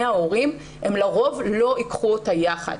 ההורים הם לרוב לא ייקחו אותה יחד.